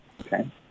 Okay